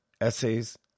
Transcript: essays